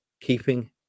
keeping